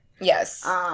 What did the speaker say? Yes